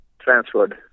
transferred